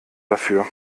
dafür